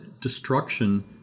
destruction